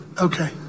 Okay